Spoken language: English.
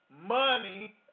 money